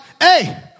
hey